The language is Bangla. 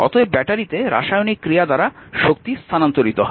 অতএব ব্যাটারিতে রাসায়নিক ক্রিয়া দ্বারা শক্তি স্থানান্তরিত হয়